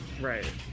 Right